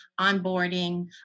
onboarding